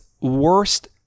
worst